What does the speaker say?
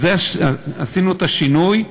אז עשינו את השינוי,